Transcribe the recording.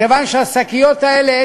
מכיוון שהשקיות האלה,